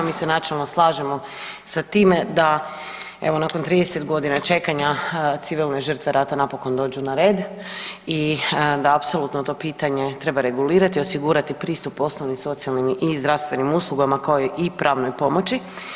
Mi se načelno slažemo sa time da evo nakon 30.g. čekanja civilne žrtve rata napokon dođu na red i da apsolutno to pitanje treba regulirati i osigurati pristup osnovnim socijalnim i zdravstvenim uslugama, kao i pravnoj pomoći.